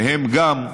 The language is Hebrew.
והם גם,